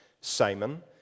Simon